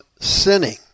sinning